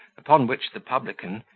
upon which the publican,